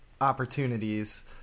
opportunities